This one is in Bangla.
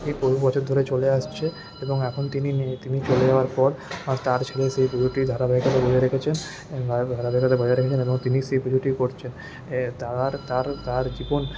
বহু বছর ধরে চলে আসছে এবং এখন তিনি নেই তিনি চলে যাওয়ার পর তার ছেলে সেই পুজোটির ধারাবাহিকতা বজায় রেখেছে ধারাবাহিকতা বজায় রেখেছেন এবং তিনি সেই পুজোটি করছেন তার তার তার জীবন